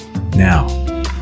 Now